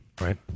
Right